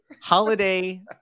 Holiday